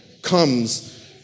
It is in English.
comes